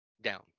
down